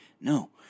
no